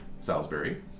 Salisbury